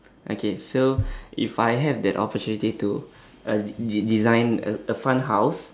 okay so if I have that opportunity to uh de~ design a a fun house